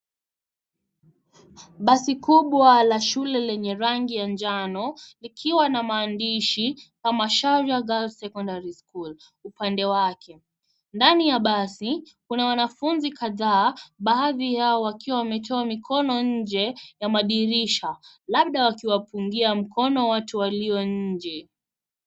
Basi kubwa la shule lenye rangi ya njano likiwa na maandishi Kamacharia girls secondary school upande wake. Ndani ya basi kuna wanafunzi kadhaa baadhi yao wakiwa wametoa mikono nje ya madirisha labda wakiwapungia mkono watu walio nje.